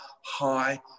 high